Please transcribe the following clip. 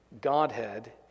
godhead